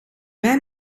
mij